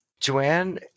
Joanne